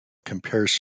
compares